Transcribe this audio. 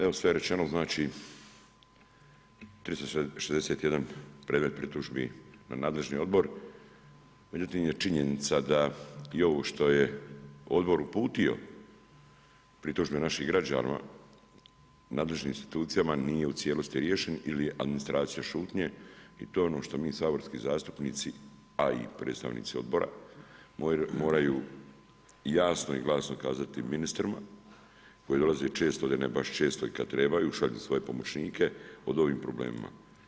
Evo sve je rečeno, 361 predmet pritužbi na nadležni odbor, međutim, je činjenica da ovo što je i odbor uputio pritužbe naših građanima nadležnim institucijama, nije u cijelosti riješen ili je administracija šutnje i to je ono što mi saborski zastupnici a i predstavnici odbora moraju jasno i glasno kazati ministru, koji dolaze često, ovdje ne baš često i kada trebaju, šalju svoje pomoćnike o ovom problemima.